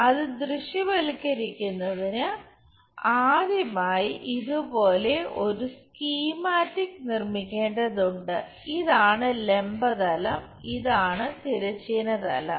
അത് ദൃശ്യവൽക്കരിക്കുന്നതിന് ആദ്യമായി ഇതുപോലുള്ള ഒരു സ്കീമാറ്റിക് നിർമ്മിക്കേണ്ടതുണ്ട് ഇതാണ് ലംബ തലം ഇതാണ് തിരശ്ചീന തലം